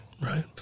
Right